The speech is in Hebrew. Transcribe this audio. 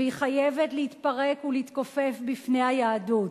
"והיא חייבת להתפרק ולהתכופף בפני היהדות",